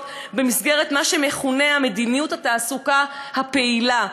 במסגרת מה שמכונה "מדיניות התעסוקה הפעילה".